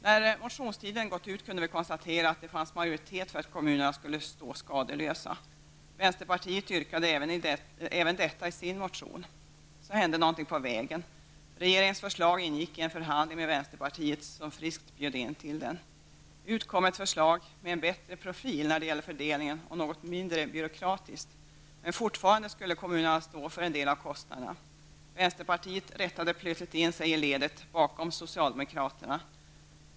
När motionstiden gått ut kunde vi konstatera att det fanns majoritet för att kommunerna skulle stå skadeslösa. Vänsterpartiet yrkade även detta i sin motion. Så hände någonting på vägen. Regeringens förslag ingick i en förhandling med vänsterpartiet, som friskt bjöd in till den. Ut kom ett förslag med en bättre profil när det gällde fördelningen och något mindre byråkratiskt. Men fortfarande skulle kommunerna stå för en del av kostnaderna. Vänsterpartiet rättade plötsligt in sig i ledet bakom socialdemokraterna.